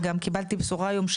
גם קיבלתי בשורה היום,